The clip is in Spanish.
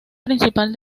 principal